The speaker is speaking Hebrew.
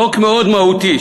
חוק מאוד מהותי,